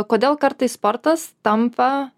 kodėl kartais sportas tampa